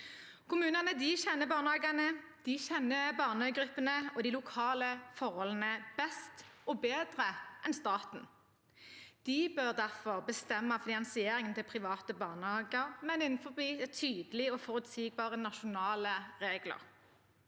Kommunene kjenner barnehagene, de kjenner barnegruppene og de lokale forholdene best – og bedre enn staten. De bør derfor bestemme finansieringen til private barnehager, men innenfor tydelige og forutsigbare nasjonale regler.